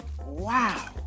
Wow